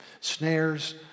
snares